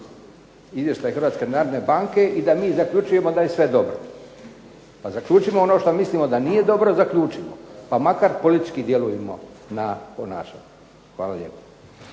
izvještaji Hrvatske narodne banke i da mi zaključujemo da je sve dobro. Pa zaključimo ono što mislimo da nije dobro zaključimo pa makar politički djelujmo na ponašanje. Hvala lijepo.